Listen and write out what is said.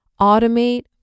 Automate